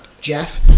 jeff